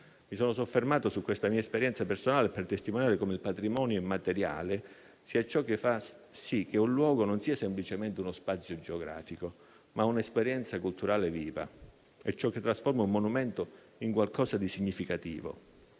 Mi sono soffermato su questa mia esperienza personale per testimoniare come il patrimonio immateriale sia ciò che fa sì che un luogo non sia semplicemente uno spazio geografico, ma anche un'esperienza culturale viva: è ciò che trasforma un monumento in qualcosa di significativo,